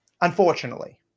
unfortunately